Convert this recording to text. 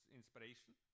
inspiration